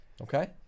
Okay